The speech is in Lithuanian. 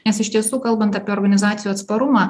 nes iš tiesų kalbant apie organizacijų atsparumą